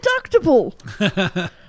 deductible